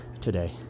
today